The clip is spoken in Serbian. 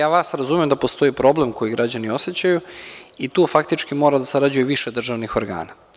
Ja vas razumem da postoji problem koji građani osećaju, i tu faktički mora da sarađuje više državnih organa.